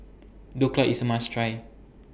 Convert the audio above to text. Dhokla IS A must Try